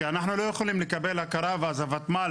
כי אנחנו לא יכולים לקבל הכרה ואז הותמ"ל